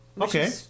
Okay